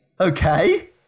Okay